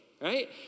right